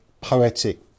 poetic